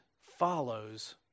follows